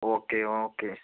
okay okay